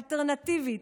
האלטרנטיבית,